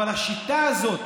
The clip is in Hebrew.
אבל השיטה הזאת